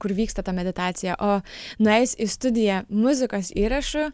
kur vyksta ta meditacija o nuėjus į studiją muzikos įrašų